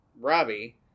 Robbie